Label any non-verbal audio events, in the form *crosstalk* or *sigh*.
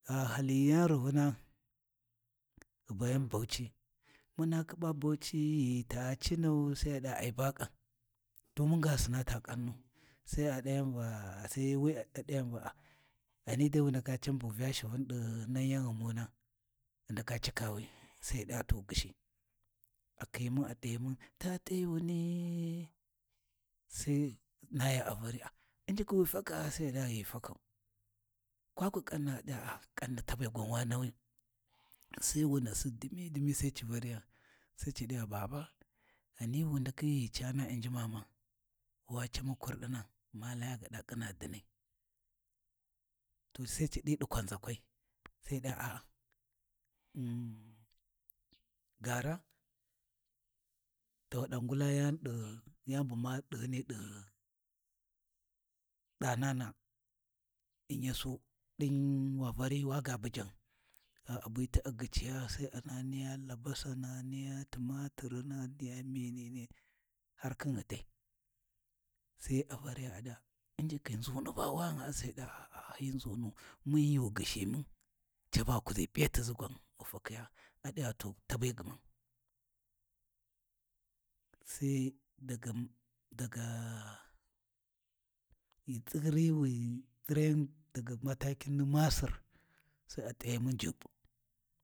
Gha ghi hali yan rivuna ghi bayan Bauchi, muna khiba Bauchi ghita cinau sai ai ɗiya ai ba ƙam to mun ga ghi sinaa ta kannu, Sai a ɗayan va, sai wi a ɗayan va a ghani dai wu ndaka can bu Vya shivun ɗi nan yan ghumuna ghi ndaka cikawi, sai ghi ɗi to gyishi, a khiyi mun a t’ayi mun, ta t’ayuni sai nayi a Variya, U'njikhi wi faka gha sai ɗiya ghi fakau, kwakwu kanna, kanni ta be gwan wa nawi, sai Wunasi dimidimi ci Variya, sai ci ɗi va baba, ghani wu ndaki ghi cana Inji mama wa camu kurɗina ma laya khina dinai, to sai ci ɗi ɗi kwanʒakwai, sai ghi ɗi a’a *hesitation* gaara, ɗawa ɗa ngula yani danana, In ya so wa vari wa ga bujan gha a biti a gyiciya Sai a nahi niya labasana niya tumatirina niya menene har khin gyidai, sai a variya adi Va Unjikhi nʒunu ba wani gha? A a hi nʒunu mun ghi wu gyishi mun caba ghi kuʒi P’iyatiʒi gwan ghi fakhiya a digha to ta be gyima Sai daga *hesitation* *unintelligible* matakin ni masir Sai a t’ayi mun Juɓɓ.